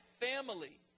family